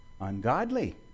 Ungodly